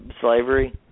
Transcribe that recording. slavery